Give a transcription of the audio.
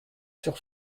sur